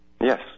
Yes